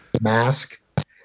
mask